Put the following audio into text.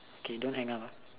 okay don't hang up ah